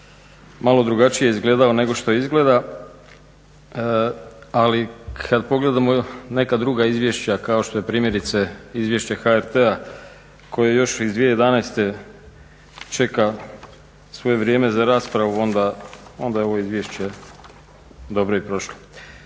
malo drugačije izgledao nego što izgleda. Ali kad pogledamo neka druga izvješća kao što je primjerice Izvješće HRT-a koje još iz 2011. čeka svoje vrijeme za raspravu onda je ovo Izvješće dobro i prošlo.